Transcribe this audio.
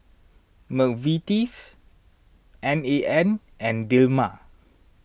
Mcvitie's N A N and Dilmah